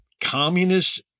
communist